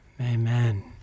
Amen